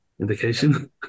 indication